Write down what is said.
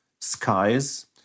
skies